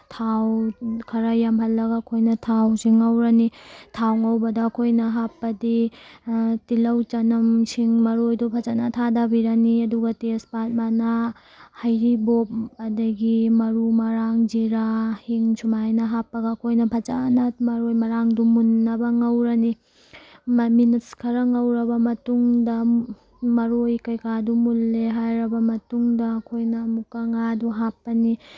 ꯊꯥꯎ ꯈꯔ ꯌꯥꯝꯍꯜꯂꯒ ꯑꯩꯈꯣꯏꯅ ꯊꯥꯎꯁꯦ ꯉꯧꯔꯅꯤ ꯊꯥꯎ ꯉꯧꯕꯗ ꯑꯩꯈꯣꯏꯅ ꯍꯥꯞꯄꯗꯤ ꯇꯤꯜꯍꯧ ꯆꯅꯝ ꯁꯤꯡ ꯃꯔꯣꯏꯗꯣ ꯐꯖꯅ ꯊꯥꯗꯕꯤꯔꯅꯤ ꯑꯗꯨꯒ ꯇꯦꯁꯄꯥꯠ ꯃꯅꯥ ꯍꯩꯔꯤꯕꯣꯞ ꯑꯗꯒꯤ ꯃꯔꯨ ꯃꯔꯥꯡ ꯖꯤꯔꯥ ꯍꯤꯡ ꯁꯨꯃꯥꯏꯅ ꯍꯥꯞꯄꯒ ꯑꯩꯈꯣꯏꯅ ꯐꯖꯅ ꯃꯔꯣꯏ ꯃꯔꯥꯡꯗꯣ ꯃꯨꯟꯅꯕ ꯉꯧꯔꯅꯤ ꯃꯤꯅꯤꯠꯁ ꯈꯔ ꯉꯧꯔꯕ ꯃꯇꯨꯡꯗ ꯃꯔꯣꯏ ꯀꯩꯀꯥꯗꯨ ꯃꯨꯜꯂꯦ ꯍꯥꯏꯔꯕ ꯃꯇꯨꯡꯗ ꯑꯩꯈꯣꯏꯅ ꯑꯃꯨꯛꯀ ꯉꯥꯗꯨ ꯍꯥꯞꯄꯅꯤ